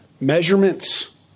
Measurements